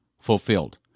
fulfilled